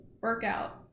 workout